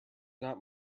not